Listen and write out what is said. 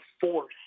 force